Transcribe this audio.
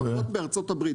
לפחות בארה"ב,